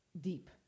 deep